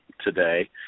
today